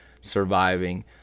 surviving